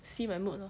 see my mood lor